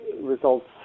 results